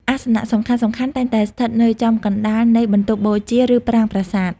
អាសនៈសំខាន់ៗតែងតែស្ថិតនៅចំកណ្ដាលនៃបន្ទប់បូជា ឬប្រាង្គប្រាសាទ។